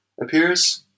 appears